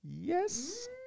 Yes